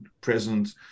present